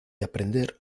aprender